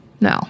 No